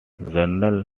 general